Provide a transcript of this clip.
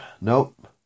Nope